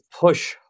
push